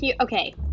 okay